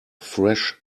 fresh